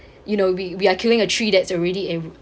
you know we we are killing a tree that's already en~